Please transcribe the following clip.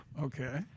Okay